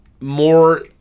More